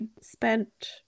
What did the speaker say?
spent